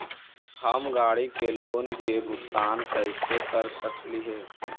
हम गाड़ी के लोन के भुगतान कैसे कर सकली हे?